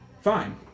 Fine